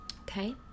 Okay